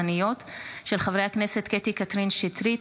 בהצעתם של חברי הכנסת קטי קטרין שטרית,